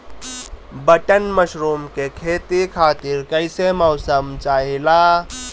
Button mushroom के खेती खातिर कईसे मौसम चाहिला?